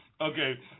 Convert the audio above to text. Okay